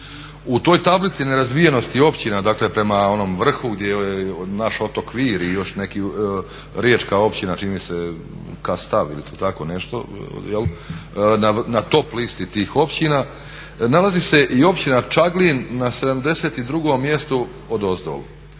U toj tablici nerazvijenosti općina, dakle prema onom vrhu gdje je naš otok Vir i još neki riječka općina čini mi se Kastav ili tako nešto na top listi tih općina nalazi se i općina Čaglin na 72 mjestu odozdol.